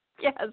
Yes